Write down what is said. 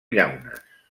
llaunes